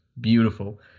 beautiful